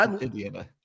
Indiana